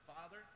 Father